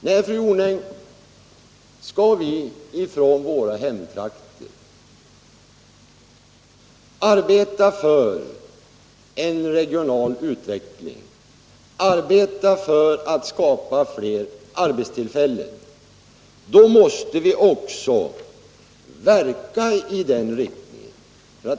Nej, fru Jonäng, skall vi från våra hemtrakter arbeta för en regional utveckling och för att skapa fler arbetstillfällen, då måste vi också verka iden riktningen.